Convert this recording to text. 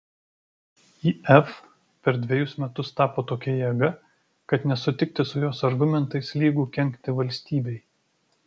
if per dvejus metus tapo tokia jėga kad nesutikti su jos argumentais lygu kenkti valstybei